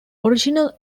original